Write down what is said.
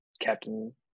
captain